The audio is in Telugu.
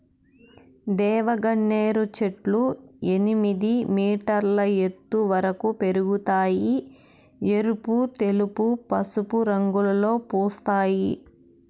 దేవగన్నేరు చెట్లు ఎనిమిది మీటర్ల ఎత్తు వరకు పెరగుతాయి, ఎరుపు, తెలుపు, పసుపు రంగులలో పూస్తాయి